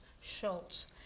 Schultz